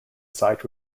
site